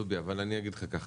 דובי אבל אני אגיד לך כך,